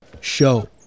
Show